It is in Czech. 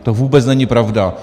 To vůbec není pravda.